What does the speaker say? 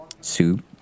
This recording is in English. soup